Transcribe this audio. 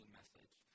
message